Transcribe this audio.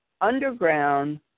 underground